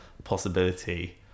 possibility